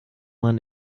man